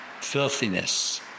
filthiness